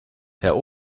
herr